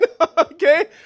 Okay